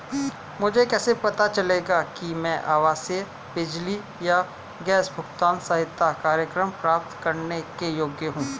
मुझे कैसे पता चलेगा कि मैं आवासीय बिजली या गैस भुगतान सहायता कार्यक्रम प्राप्त करने के योग्य हूँ?